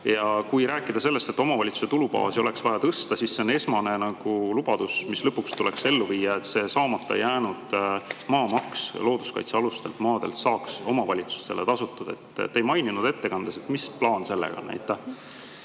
Kui rääkida sellest, et omavalitsuste tulubaasi oleks vaja tõsta, siis see on nagu esmane lubadus, mis lõpuks tuleks ellu viia, et see saamata jäänud maamaks looduskaitsealustelt maadelt saaks omavalitsustele tasutud. Te ei maininud ettekandes, mis plaan sellega on.